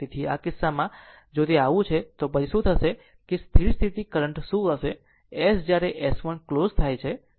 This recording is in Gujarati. તેથી આ કિસ્સામાં જો તે આવું છે તો પછી શું થશે કે તે સ્થિર સ્થિતિ કરંટ શું હશે S જ્યારે S1 ક્લોઝ થાય છે ત્યારે i ∞